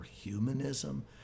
humanism